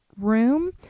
room